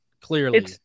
clearly